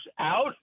out